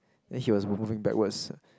then he was moving backwards